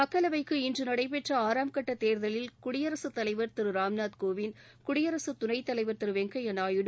மக்களவைக்கு இன்று நடைபெற்ற ஆறாம் கட்ட தேர்தலில் குடியரசுத் தலைவர் திரு ராம்நாத் கோவிந்த் குடியரசுத் துணைத் தலைவர் திரு வெங்கையா நாயுடு